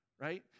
Right